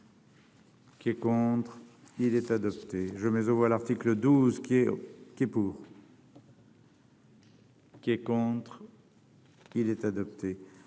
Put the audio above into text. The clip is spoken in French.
Qui est contre. Il est adopté, je mais au voir l'article 23 qui est. Pour. Qui est contre, il est adopté.